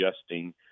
adjusting